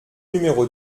numéro